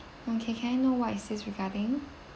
okay can I know what is this regarding